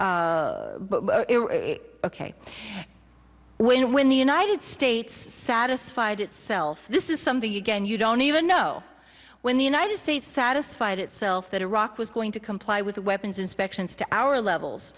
ok when and when the united states satisfied itself this is something again you don't even know when the united states satisfied itself that iraq was going to comply with weapons inspections to our levels